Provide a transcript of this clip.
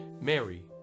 Mary